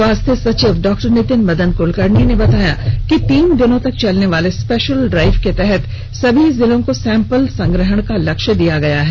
स्वास्थ्य सचिव डा नितिन मदन कुलकर्णी ने बताया कि तीन दिनों तक चलने वाले स्पेशल डाइव के तहत सभी जिलों को सैम्पल संग्रहण का लक्ष्य दिया गया है